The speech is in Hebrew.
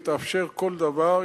היא תאפשר כל דבר,